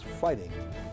fighting